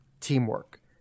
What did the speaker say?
teamwork